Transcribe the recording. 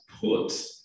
put